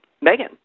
Megan